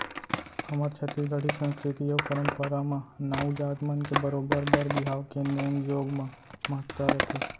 हमर छत्तीसगढ़ी संस्कृति अउ परम्परा म नाऊ जात मन के बरोबर बर बिहाव के नेंग जोग म महत्ता रथे